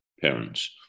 parents